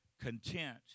content